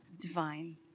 divine